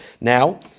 Now